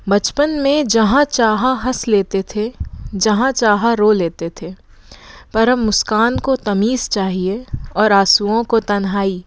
बचपन में जहाँ चाहा हंस लेते थे जहाँ चाहा रो लेते थे पर अब मुस्कान को तमीज़ चाहिए और ऑंसुओं को तन्हाई